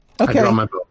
Okay